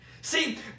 See